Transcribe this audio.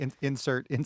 insert